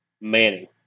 Manning